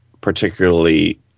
particularly